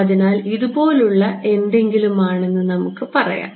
അതിനാൽ ഇതുപോലുള്ള എന്തെങ്കിലും ആണെന്ന് നമുക്ക് പറയാം